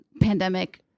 pandemic